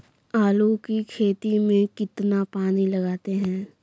आलू की खेती में कितना पानी लगाते हैं?